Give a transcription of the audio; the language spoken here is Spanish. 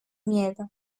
miedo